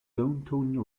downtown